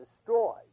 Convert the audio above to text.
destroyed